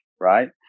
right